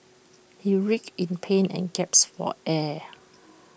he writhed in pain and gasped for air